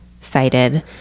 cited